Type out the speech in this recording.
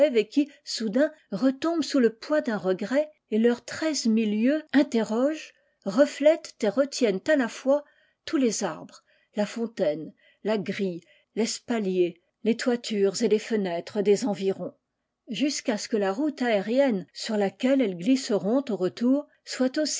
soudain retombent sous le poids d'un regret et leurs treize mille yeux interrogent reflètent et retiennent à la fois tous les arbres la fontaine la grille l'espalier les toitures et les fenêtres des environs jusqu'à ce que la route aérienne sur laquelle elles glisseront au retour soit